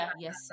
yes